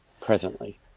presently